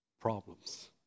problems